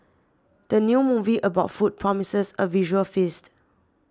the new movie about food promises a visual feast